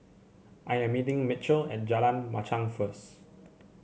I am meeting Mitchel at Jalan Machang first